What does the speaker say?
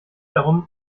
darum